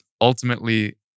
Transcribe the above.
ultimately